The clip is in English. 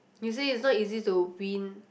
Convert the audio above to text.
you say it's not easy to win